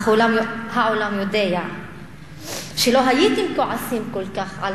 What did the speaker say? אך העולם יודע שלא הייתם כועסים כל כך על